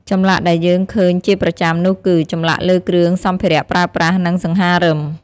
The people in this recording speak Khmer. ចម្លាក់ដែលយើងឃើញជាប្រចាំនោះគឺ ចម្លាក់លើគ្រឿងសម្ភារៈប្រើប្រាស់ និងសង្ហារឹម។